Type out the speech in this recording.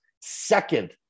second